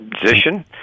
position